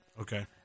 Okay